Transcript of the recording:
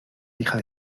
hija